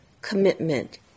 commitment